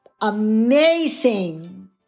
amazing